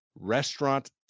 restaurant